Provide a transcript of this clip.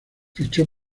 fichó